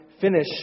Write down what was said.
finish